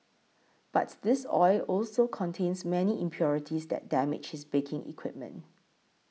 but this oil also contains many impurities that damage his baking equipment